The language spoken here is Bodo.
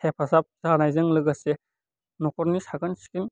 हेफाजाब जानायजों लोगोसे न'खरनि साखोन सिखोन